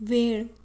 वेळ